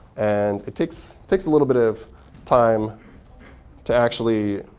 and it takes takes a little bit of time to actually